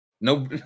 No